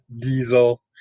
Diesel